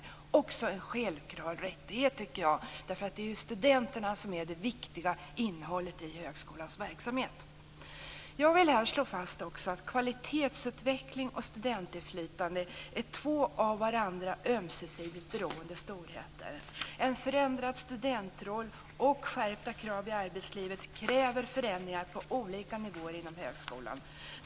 Det är också en självklar rättighet, tycker jag. Det är ju studenterna som är det viktiga innehållet i högskolans verksamhet. Jag vill här slå fast att kvalitetsutveckling och studentinflytande är två av varandra ömsesidigt beroende storheter. En förändrad studentroll och skärpta krav i arbetslivet kräver förändringar på olika nivåer inom högskolan.